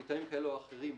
מטעמים כאלה או אחרים,